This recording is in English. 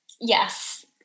yes